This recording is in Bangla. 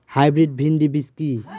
হাইব্রিড ভীন্ডি বীজ কি?